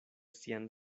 sian